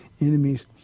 enemies